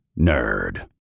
nerd